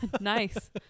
Nice